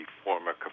former